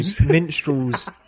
minstrels